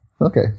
okay